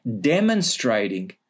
demonstrating